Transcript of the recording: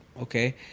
okay